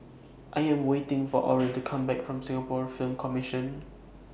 I Am waiting For Oren to Come Back from Singapore Film Commission